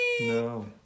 No